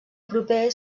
proper